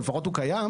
אבל לפחות הוא קיים.